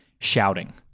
shouting